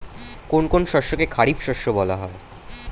কোন কোন শস্যকে খারিফ শস্য বলা হয়?